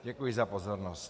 Děkuji za pozornost.